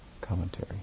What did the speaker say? commentary